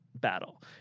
battle